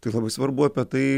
tai labai svarbu apie tai